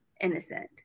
innocent